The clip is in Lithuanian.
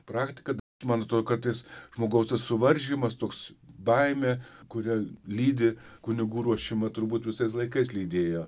praktika man atrodo kartais žmogaus tas suvaržymas toks baimė kurią lydi kunigų ruošimą turbūt visais laikais lydėjo